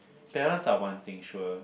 parents are one thing sure